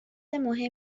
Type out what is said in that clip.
مهمی